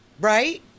Right